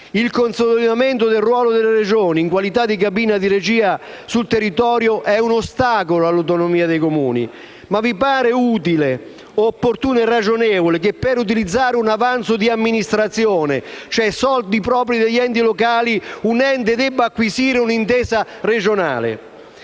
il consolidamento del ruolo delle Regioni, in qualità di cabina di regia sul territorio, è un ostacolo all'autonomia dei Comuni. Ma vi pare utile o opportuno e ragionevole che, per utilizzare un avanzo di amministrazione, cioè soldi propri degli enti locali, un ente debba acquisire un'intesa regionale?